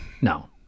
No